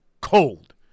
cold